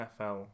NFL